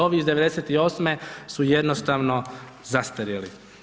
Ovi iz 98. su jednostavno zastarjeli.